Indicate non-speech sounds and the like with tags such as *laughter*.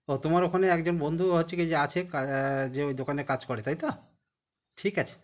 ও তোমার ওখানে একজন বন্ধুও হচ্ছে কি যে আছে *unintelligible* যে ওই দোকানে কাজ করে তাই তো ঠিক আছে